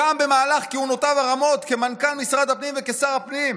גם במהלך כהונותיו הרמות כמנכ"ל משרד הפנים וכשר הפנים.